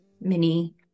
mini